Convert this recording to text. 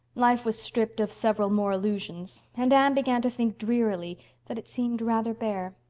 life was stripped of several more illusions, and anne began to think drearily that it seemed rather bare.